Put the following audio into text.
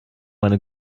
meine